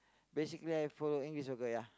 basically I follow English soccer ya